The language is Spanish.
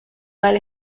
mal